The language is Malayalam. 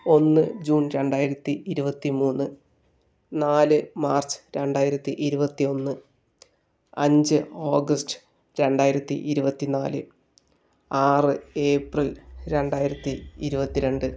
ഒന്ന് ജൂൺ രണ്ടായിരത്തി ഇരുപത്തിമൂന്ന് നാല് മാർച്ച് രണ്ടായിരത്തി ഇരുപത്തി ഒന്ന് അഞ്ച് ഓഗസ്റ്റ് രണ്ടായിരത്തി ഇരുപത്തിനാല് ആറ് ഏപ്രിൽ രണ്ടായിരത്തി ഇരുപത്തിരണ്ട്